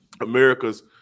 America's